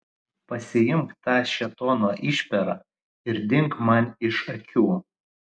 pasiimk tą šėtono išperą ir dink man iš akių